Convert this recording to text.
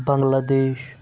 بَنٛگلہ دیش